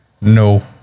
No